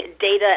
data